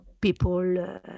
people